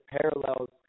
parallels